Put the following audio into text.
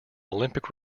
olympic